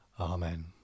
Amen